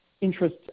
interest